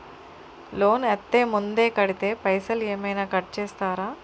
Loan అత్తే ముందే కడితే పైసలు ఏమైనా కట్ చేస్తరా?